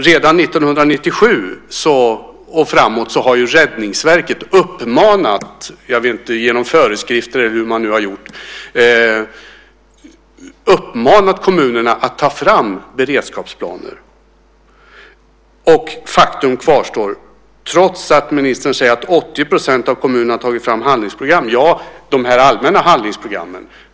Redan 1997 och framåt har ju Räddningsverket uppmanat - genom föreskrifter eller hur man nu har gjort - kommunerna att ta fram beredskapsplaner. Och faktum kvarstår. Ministern säger att 80 % av kommunerna har tagit fram handlingsprogram. Ja, det gäller de allmänna handlingsprogrammen.